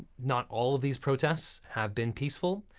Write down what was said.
not all of these protests have been peaceful,